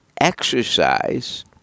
exercise